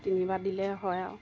তিনিবাৰ দিলে হয় আৰু